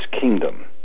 kingdom